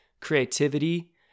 creativity